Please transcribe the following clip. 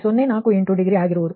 048 degree ಆಗಿರುವುದು